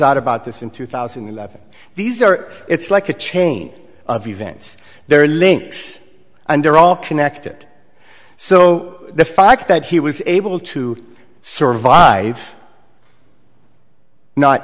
out about this in two thousand and eleven these are it's like a chain of events there are links and they're all connected so the fact that he was able to survive not